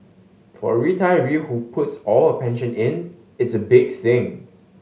for a retiree who puts all her pension in it's a big thing